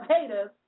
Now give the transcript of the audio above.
haters